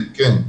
כן.